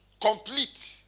Complete